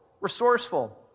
resourceful